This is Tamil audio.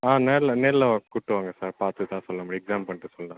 ஆ நேரில் நேரில் வ கூட்டி வாங்க சார் பார்த்து தான் சொல்ல முடியும் எக்ஸாம் பண்ணிட்டு சொல்கிறேன்